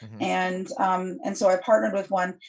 and and so, i partnered with one.